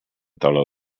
taula